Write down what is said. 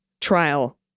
trial